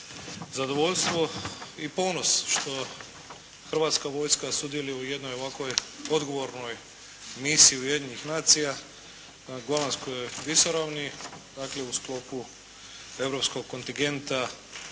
zadovoljstvo i ponos što Hrvatska vojska sudjeluje u jednoj ovakvoj odgovornoj misiji Ujedinjenih nacija Golanskoj visoravni dakle u sklopu Europskog kontingenta